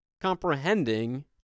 comprehending